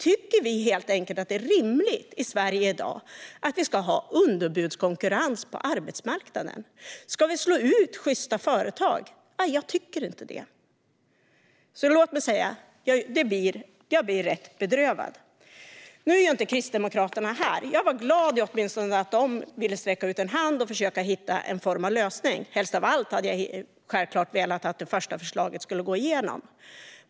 Tycker ni att det är rimligt att vi i Sverige i dag ska ha underbudskonkurrens på arbetsmarknaden? Ska vi slå ut sjysta företag? Jag tycker inte det, så jag blir rätt bedrövad. Nu är inte Kristdemokraterna här. Jag var glad att åtminstone de ville sträcka ut en hand och försöka hitta en lösning. Helst av allt hade jag självklart velat att det första förslaget skulle gå igenom.